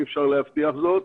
אי-אפשר להבטיח זאת,